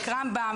רמב"ם,